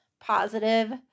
positive